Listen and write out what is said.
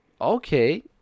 okay